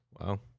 Wow